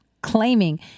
claiming